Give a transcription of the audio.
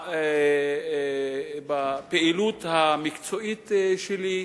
בפעילות המקצועית שלי.